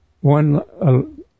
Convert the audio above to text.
one